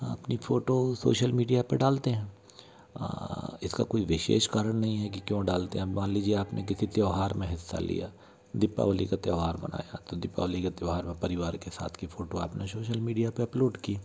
अपनी photo social media पर डालते हैं इसका कोई विशेष कारण नहीं है कि क्याें डालते हैं अब मान लीजिए आपने किसी त्यौहार में हिस्सा लिया दीपावली का त्यौहार मनाया तो दीपावली के त्यौहार में परिवार के साथ की फोटो आप ने सोशल मीडिया पर अपलोड की